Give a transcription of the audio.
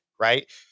right